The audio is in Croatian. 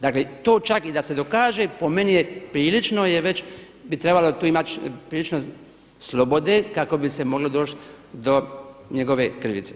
Dakle to čak i da se dokaže po meni je prilično je već, bi trebalo tu imati prilično slobode kako bi se moglo doći do njegove krivice.